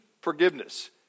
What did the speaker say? forgiveness